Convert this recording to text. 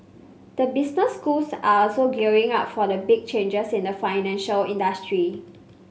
the business schools are also gearing up for the big changes in the financial industry